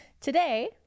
today